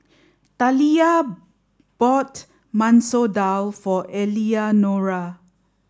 Taliyah bought Masoor Dal for Eleanora